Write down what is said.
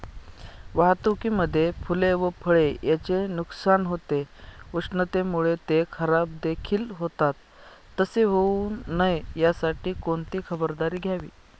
वाहतुकीमध्ये फूले व फळे यांचे नुकसान होते, उष्णतेमुळे ते खराबदेखील होतात तसे होऊ नये यासाठी कोणती खबरदारी घ्यावी?